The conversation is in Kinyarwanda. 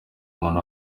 umuntu